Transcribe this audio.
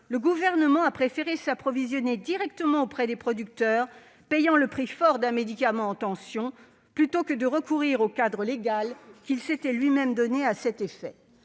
le Gouvernement a préféré s'approvisionner directement auprès des producteurs, payant le prix fort d'un médicament en tension, plutôt que de recourir au cadre légal qu'il s'était lui-même donné à cet effet.